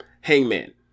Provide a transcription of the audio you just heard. Hangman